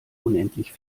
unendlich